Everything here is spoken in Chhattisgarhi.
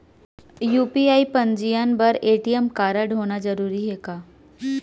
यू.पी.आई पंजीयन बर ए.टी.एम कारडहोना जरूरी हे का?